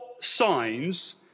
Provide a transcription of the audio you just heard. signs